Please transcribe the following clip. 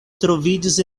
troviĝis